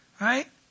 right